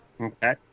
Okay